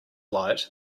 light